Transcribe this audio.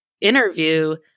interview